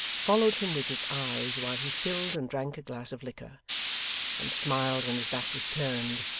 followed him with his eyes while he filled and drank a glass of liquor and smiled when his back was turned,